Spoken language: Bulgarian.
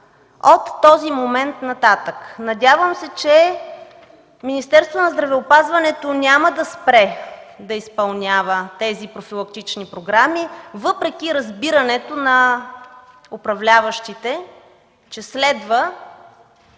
от този момент нататък? Надявам се, че Министерството на здравеопазването няма да спре да изпълнява тези профилактични програми, въпреки разбирането на управляващите, че следва